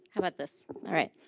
about this? all right.